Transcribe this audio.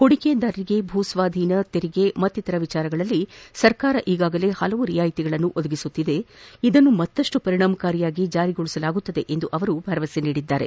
ಹೂಡಿಕೆದಾರರಿಗೆ ಭೂಸ್ವಾಧೀನ ತೆರಿಗೆ ಮತ್ತಿತರ ವಿಷಯಗಳಲ್ಲಿ ಸರ್ಕಾರ ಈಗಾಗಲೇ ಹಲವು ವಿನಾಯಿತಿಗಳನ್ನು ಒದಗಿಸುತ್ತಿದ್ದು ಇದನ್ನು ಮತ್ತಷ್ಟು ಪರಿಣಾಮಕಾರಿಯಾಗಿ ಜಾರಿಗೊಳಿಸಲಾಗುವುದು ಎಂದು ಭರವಸೆ ನೀಡಿದರು